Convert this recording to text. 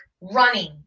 running